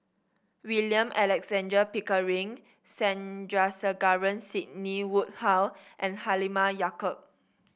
William Alexander Pickering Sandrasegaran Sidney Woodhull and Halimah Yacob